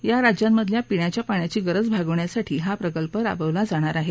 या राज्यांमधील पिण्याच्या पाण्याची गरज भागवण्यासाठी हा प्रकल्प राबवला जाणार आहे